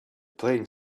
playing